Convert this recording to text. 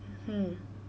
mm